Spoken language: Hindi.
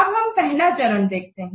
अब हम पहला चरण देखते हैं